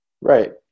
right